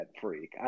freak